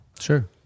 Sure